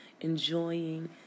enjoying